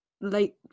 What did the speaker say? late